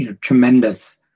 tremendous